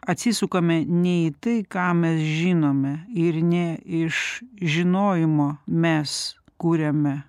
atsisukame ne į tai ką mes žinome ir ne iš žinojimo mes kuriame